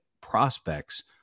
prospects